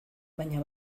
baina